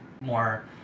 more